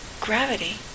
gravity